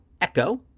Echo